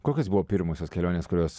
kokios buvo pirmosios kelionės kurios